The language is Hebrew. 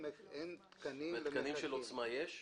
ותקנים של עוצמה יש?